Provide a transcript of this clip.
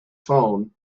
phone